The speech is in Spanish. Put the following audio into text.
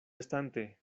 estante